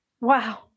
wow